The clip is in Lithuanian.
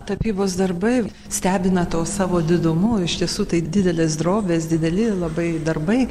tapybos darbai stebina to savo didumu iš tiesų tai didelės drobės dideli labai darbai